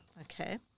okay